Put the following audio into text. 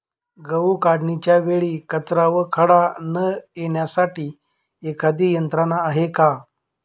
गहू काढणीच्या वेळी कचरा व खडा न येण्यासाठी एखादी यंत्रणा आहे का?